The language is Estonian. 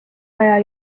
aja